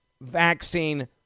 vaccine